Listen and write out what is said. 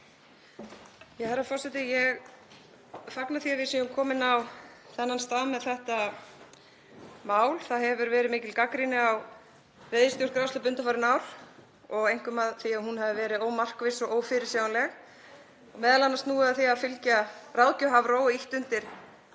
Herra forseti. Ég fagna því að við séum komin á þennan stað með þetta mál. Það hefur verið mikil gagnrýni á veiðistjórn grásleppu undanfarin ár og einkum á það að hún hafi verið ómarkviss og ófyrirsjáanleg og m.a. snúið að því að fylgja ráðgjöf Hafró og ýtt undir